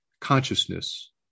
consciousness